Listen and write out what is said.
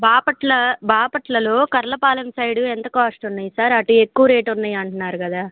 బాపట్ల బాపట్లలో కర్లపాలెం సైడు ఎంత కాస్టు ఉన్నాయి సార్ అటు ఎక్కువ రేట్ ఉన్నాయి అంటున్నారు కదా